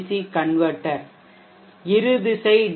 C கன்வெர்ட்டெர்மாற்றி இருதிசை D